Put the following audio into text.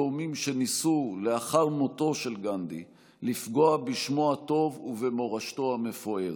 גורמים שניסו לאחר מותו של גנדי לפגוע בשמו הטוב ובמורשתו המפוארת.